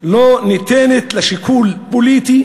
שלא ניתנת לשיקול פוליטי